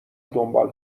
دنبال